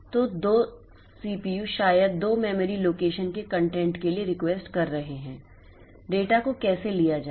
तो 2 सीपीयू शायद दो मेमोरी लोकेशन के कंटेंट के लिए रिक्वेस्ट कर रहे हैं कि डेटा को कैसे लिया जाए